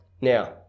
Now